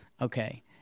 Okay